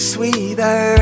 Sweeter